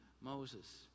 Moses